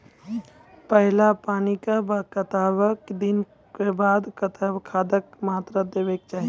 पहिल पानिक कतबा दिनऽक बाद कतबा खादक मात्रा देबाक चाही?